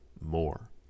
more